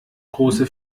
große